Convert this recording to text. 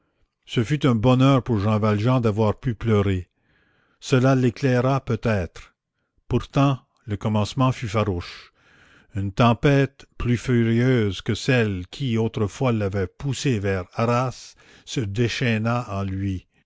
ce fut un bonheur pour jean valjean d'avoir pu pleurer cela l'éclaira peut-être pourtant le commencement fut farouche une tempête plus furieuse que celle qui autrefois l'avait poussé vers arras se déchaîna en lui